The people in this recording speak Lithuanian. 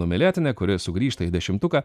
numylėtinė kuri sugrįžta į dešimtuką